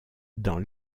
dans